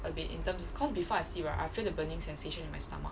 a bit in terms because before I sleep right I feel the burning sensation in my stomach